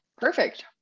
perfect